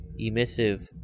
emissive